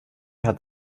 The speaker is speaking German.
hat